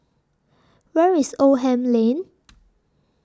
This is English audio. Where IS Oldham Lane